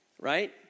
right